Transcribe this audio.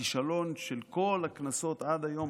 הכישלון של כל הכנסות עד היום,